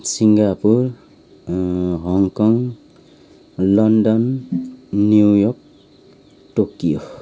Singapore Hong Kong London New York Tokyo